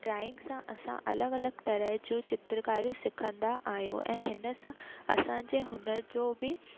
drawing सां असां अलॻि अलॻि तरह जूं चित्रकारी सिखंदा आहियूं ऐं हिन सां असांजे हुनर जो बी